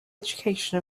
education